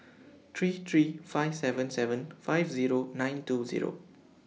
three three five seven seven five Zero nine two Zero